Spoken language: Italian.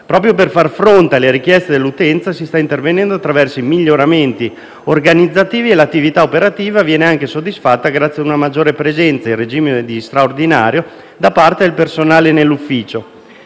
Proprio per far fronte alle richieste dell'utenza si sta intervenendo attraverso miglioramenti organizzativi. L'attività operativa viene anche soddisfatta grazie ad una maggiore presenza, in regime di straordinario, da parte del personale dell'ufficio.